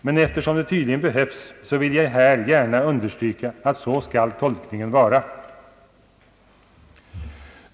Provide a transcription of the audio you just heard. Men eftersom det tydligen behövs vill jag här gärna understryka att så skall tolkningen vara.